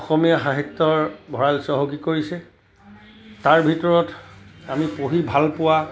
অসমীয়া সাহিত্যৰ ভঁৰাল চহকী কৰিছে তাৰ ভিতৰত আমি পঢ়ি ভাল পোৱা